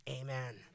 Amen